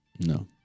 No